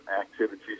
activities